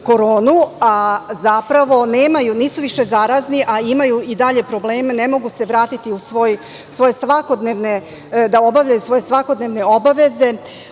a zapravo nemaju, nisu više zarazni, a imaju i dalje probleme, ne mogu se vratiti u svoje svakodnevne, da obavljaju svoje svakodnevne obaveze.